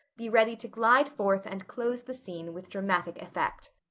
be ready to glide forth and close the scene with dramatic effect.